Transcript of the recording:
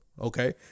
Okay